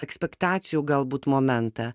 ekspektacijų galbūt momentą